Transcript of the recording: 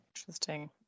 Interesting